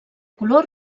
color